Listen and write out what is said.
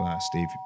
Steve